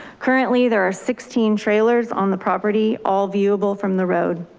currently, there are sixteen trailers on the property, all viewable from the road.